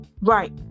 Right